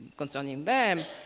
concerning them.